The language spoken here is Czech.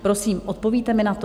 Prosím, odpovíte mi na to?